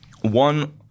One